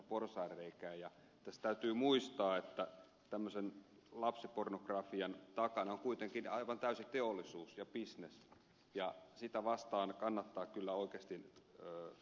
ja tässä täytyy muistaa että tämmöisen lapsipornografian takana on kuitenkin aivan täysi teollisuus ja bisnes ja sitä vastaan kannattaa kyllä oikeasti taistella